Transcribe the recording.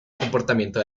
comportamiento